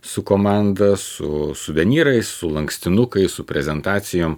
su komanda su suvenyrais su lankstinukais su prezentacijom